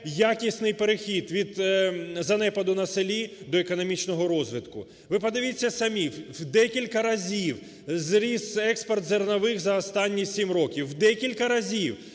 якісний перехід від занепаду на селі до економічного розвитку. Ви подивіться самі, в декілька разів зріс експорт зернових за останні 7 років, в декілька разів.